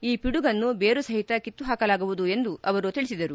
ಈ ಪಿಡುಗುನ್ನು ಬೇರು ಸಹಿತ ಕಿತ್ತು ಹಾಕಲಾಗುವುದು ಎಂದು ಹೇಳಿದರು